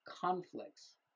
conflicts